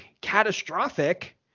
catastrophic